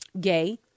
gay